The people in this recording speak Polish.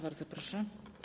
Bardzo proszę.